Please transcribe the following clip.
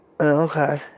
Okay